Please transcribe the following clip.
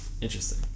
Interesting